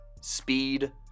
speed